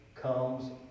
comes